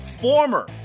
former